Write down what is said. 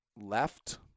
left